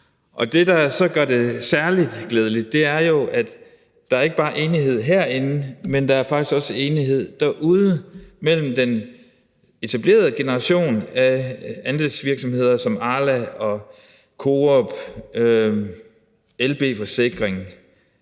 Og det, der så gør det særlig glædeligt, er jo, at der ikke bare er enighed herinde; der er faktisk også enighed derude mellem den etablerede generation af andelsvirksomheder som Arla og Coop og LB-forsikring,